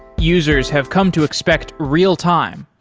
users have come to expect real-time.